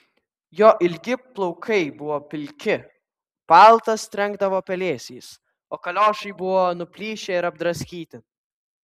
jo ilgi plaukai buvo pilki paltas trenkdavo pelėsiais o kaliošai buvo nuplyšę ir apdraskyti